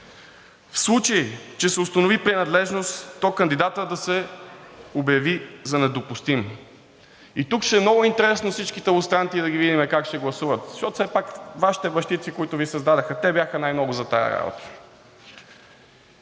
„В случай че се установи принадлежност, то кандидатът да се обяви за недопустим.“ И тук ще е много интересно всичките лустранти да ги видим как ще гласуват, защото все пак Вашите бащици, които Ви създадоха, бяха най-много за тази работа.